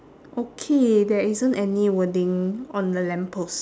okay there isn't any wording on the lamppost